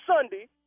Sunday